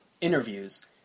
interviews